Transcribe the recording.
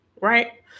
right